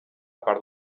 per